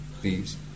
please